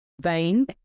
vein